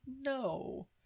No